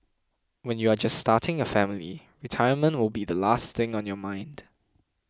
when you are just starting your family retirement will be the last thing on your mind